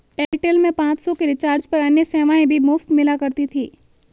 Airtel में पाँच सौ के रिचार्ज पर अन्य सेवाएं भी मुफ़्त मिला करती थी